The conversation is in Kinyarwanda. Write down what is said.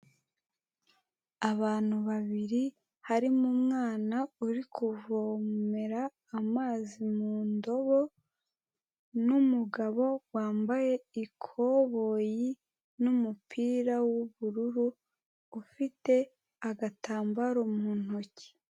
Abantu babiri, harimo umwana uri kuvomera amazi mu ndobo n'umugabo wambaye ikoboyi n'umupira w'uburur,u ufite agatambaro mu ntoki.